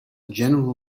general